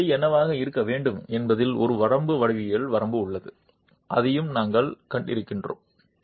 இடைவெளி என்னவாக இருக்க வேண்டும் என்பதில் ஒரு வரம்பு வடிவியல் வரம்பு உள்ளது அதையும் நாங்கள் கண்டிருக்கிறோம்